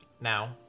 now